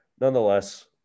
nonetheless